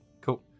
Cool